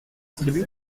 six